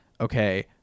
okay